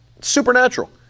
supernatural